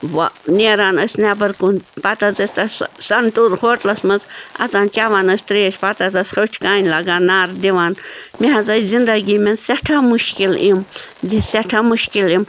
ووں نیران ٲسۍ نیٚبَر کُن پَتہٕ حظ ٲسۍ تَس سَنتوٗر ہوٹلَس منٛز اَژان چیٚوان ٲسۍ ترٛیش پَتہٕ حظ ہوٚٹۍ تانہِ لَگان نعرٕ دِوان مےٚ حظ ٲے زندگی منٛز سٮ۪ٹھاہ مُشکِل یِم زِ سٮ۪ٹھاہ مُشکِل یِم